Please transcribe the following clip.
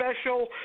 special